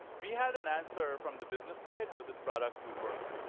we had an answer from the business side how this product would work.